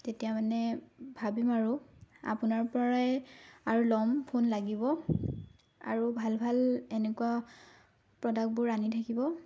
তেতিয়া মানে ভাবিম আৰু আপোনাৰ পৰাই আৰু ল'ম ফোন লাগিব আৰু ভাল ভাল এনেকুৱা প্ৰডাক্টবোৰ আনি থাকিব